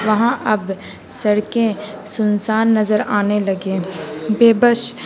وہاں اب سڑکیں سنسان نظر آنے لگے بےبس